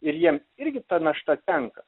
ir jiem irgi ta našta tenka